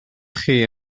chi